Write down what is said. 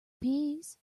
peas